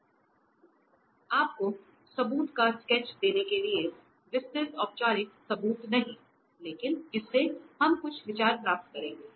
Refer Slide Time 1931 आपको सबूत का स्केच देने के लिए विस्तृत औपचारिक सबूत नहीं लेकिन इससे हम कुछ विचार प्राप्त करेंगे